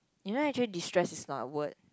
you know actually destress is not a word